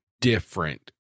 different